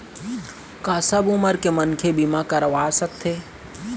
का सब उमर के मनखे बीमा करवा सकथे?